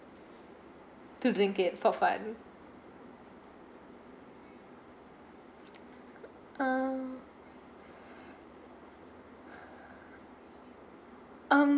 to drink it for fun um um